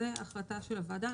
זו החלטה של הוועדה.